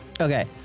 Okay